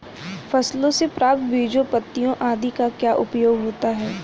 फसलों से प्राप्त बीजों पत्तियों आदि का क्या उपयोग होता है?